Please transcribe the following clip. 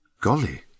Golly